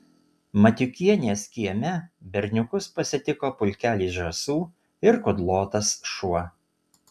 matiukienės kieme berniukus pasitiko pulkelis žąsų ir kudlotas šuo